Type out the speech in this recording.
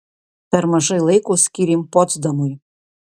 per mažai laiko skyrėm potsdamui